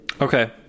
okay